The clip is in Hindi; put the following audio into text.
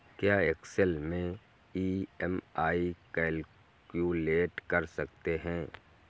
क्या एक्सेल में ई.एम.आई कैलक्यूलेट कर सकते हैं?